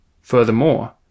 Furthermore